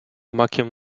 makiem